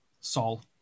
Saul